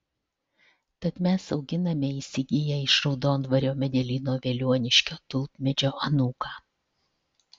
tad mes auginame įsigiję iš raudondvario medelyno veliuoniškio tulpmedžio anūką